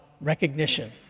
recognition